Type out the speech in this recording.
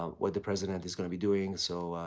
ah what the president is going to be doing so,